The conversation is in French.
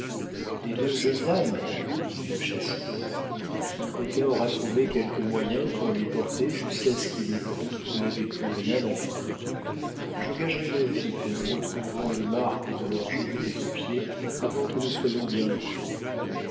des deux jeunes dames dit le chasseur le coquin aura trouvé quelque moyen pour les porter jusqu'à ce qu'il ait cru qu'il n'avait plus rien à craindre je gagerais ma vie que nous retrouverons les marques de leurs jolis petits pieds avant que nous soyons bien loin